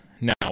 now